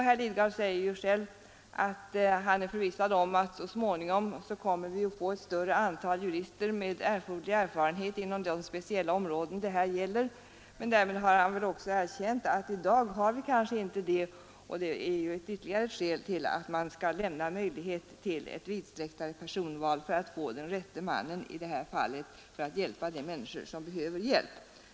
Herr Lidgard säger ju själv, att han är förvissad om att vi så småningom kommer att få ett större antal jurister med erforderlig erfarenhet inom de speciella områden det här gäller. Därmed har han väl också erkänt att vi i dag kanske inte har det, vilket är ett ytterligare skäl till att man skall lämna möjlighet till ett mera vidsträckt personval för att man i det här fallet skall få fram rätte mannen att hjälpa dem som behöver hjälp.